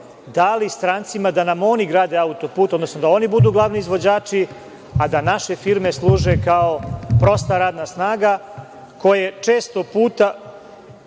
dali strancima da nam oni grade autoput, odnosno da oni budu glavni izvođači, a da naše firme služe kao prosta radna snaga, koje često puta